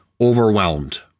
overwhelmed